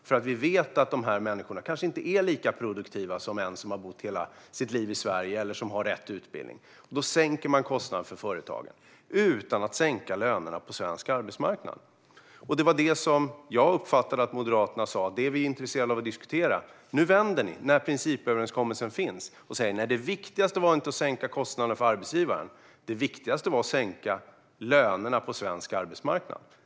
Vi vet nämligen att dessa människor kanske inte är lika produktiva som någon som har bott hela sitt liv i Sverige eller som har rätt utbildning. Då sänker man kostnaden för företagen utan att sänka lönerna på svensk arbetsmarknad. Jag uppfattade att Moderaterna var intresserade av att diskutera detta. Nu när principöverenskommelsen finns vänder ni och säger att det viktigaste inte var att sänka kostnaden för arbetsgivaren utan att sänka lönerna på svensk arbetsmarknad.